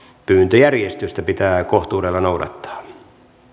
pyyntöjärjestystä pitää kohtuudella noudattaa